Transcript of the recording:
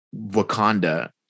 Wakanda